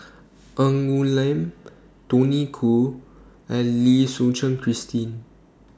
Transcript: Ng Woon Lam Tony Khoo and Lim Suchen Christine